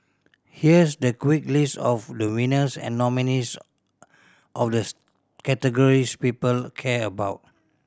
here's the quick list of the winners and nominees of the categories people care about